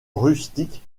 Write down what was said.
rustique